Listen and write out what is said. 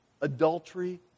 adultery